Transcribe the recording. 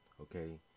okay